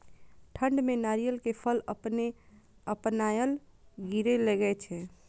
ठंड में नारियल के फल अपने अपनायल गिरे लगए छे?